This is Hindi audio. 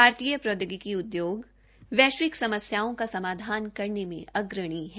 भारतीय प्रौद्योगिकी उद्योग वैश्विक समस्याओं का समाधान करने में अग्रणी है